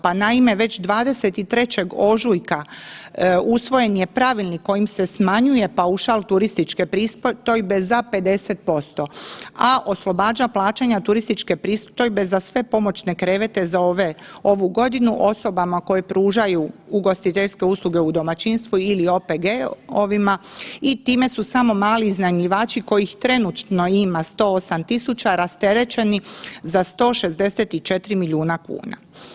Pa naime već 23. ožujka usvojen je pravilnik kojim se smanjuje paušal turističke pristojbe za 50% a oslobađa plaćanja turističke pristojbe za sve pomoćne krevete za ovu godinu osobama koje pružaju ugostiteljske usluge u domaćinstvu ili OPG-ovima i time su samo mali iznajmljivači kojih trenutno ima 108 tisuća rasterećeni za 164 milijuna kuna.